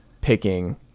picking